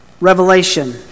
revelation